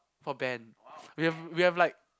for band we have we have like